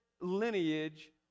lineage